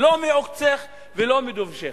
לא מעוקצך ולא מדובשך.